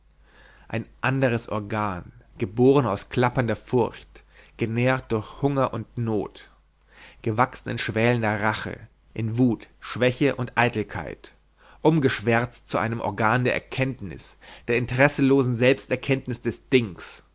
ein anderes organ geboren aus klappernder furcht genährt durch hunger und not gewachsen in schwälender rache in wut schwäche und eitelkeit umgeschwätzt zu einem organ der erkenntnis der interesselosen selbsterkenntnis des dings